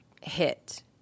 hit